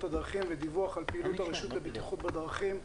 הדרכים ודיווח על פעילות הרשות לבטיחות בדרכים.